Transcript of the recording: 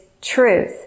truth